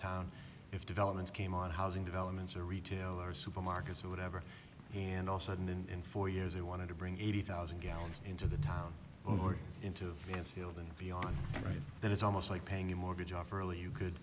town if developments came on housing developments or retailer supermarkets or whatever and also and in four years they wanted to bring eighty thousand gallons into the town or into his field and beyond that it's almost like paying your mortgage off early you could